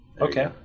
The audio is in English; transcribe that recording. Okay